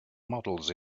models